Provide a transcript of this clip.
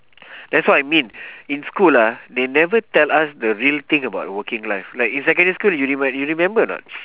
that's what I mean in school ah they never tell us the real thing about the working life like in secondary school you reme~ you remember or not